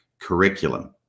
curriculum